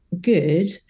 good